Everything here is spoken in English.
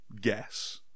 guess